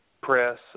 press